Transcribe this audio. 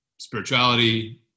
spirituality